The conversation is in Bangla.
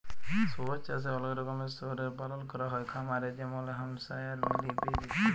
শুয়র চাষে অলেক রকমের শুয়রের পালল ক্যরা হ্যয় খামারে যেমল হ্যাম্পশায়ার, মিলি পিগ ইত্যাদি